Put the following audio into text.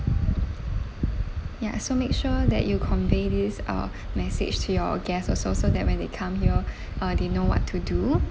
ya so make sure that you convey these uh message to your guests also so that when they come here uh they know what to do